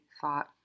thought